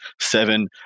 seven